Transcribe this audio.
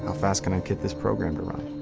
ah fast can i get this program to run?